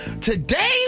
today